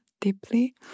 deeply